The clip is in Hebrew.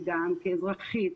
וגם כאזרחית,